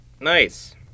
Nice